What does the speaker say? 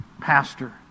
pastor